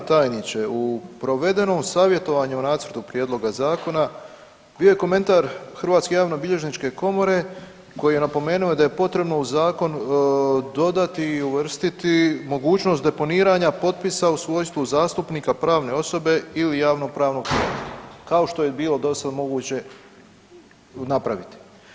Poštovani državni tajniče u provedenom savjetovanju o nacrtu prijedloga zakona bio je komentar Hrvatske javnobilježničke komore koji je napomenuo da je potrebno u zakon dodati i uvrstiti mogućnost deponiranja potpisa u svojstvu zastupnika pravne osobe ili javno-pravnog tijela kao što je bilo do sad moguće napraviti.